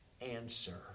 answer